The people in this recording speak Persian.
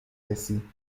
رسی